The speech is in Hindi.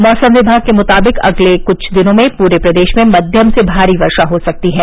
मौसम विमाग के मुताबिक अगले कुछ दिनों में पूरे प्रदेश में मध्यम से भारी वर्षा हो सकती है